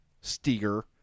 Steger